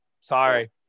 Sorry